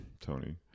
Tony